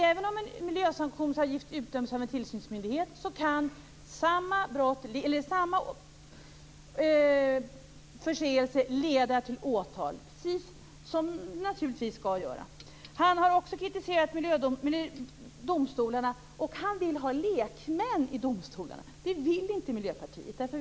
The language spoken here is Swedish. Även om en miljösanktionsavgift utdöms av en tillsynsmyndighet kan samma förseelse leda till åtal, precis som man naturligtvis skall göra. Han har också kritiserat miljödomstolarna och han vill ha lekmän i domstolarna. Det vill inte Miljöpartiet.